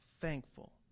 thankful